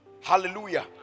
Hallelujah